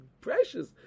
precious